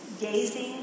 gazing